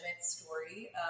story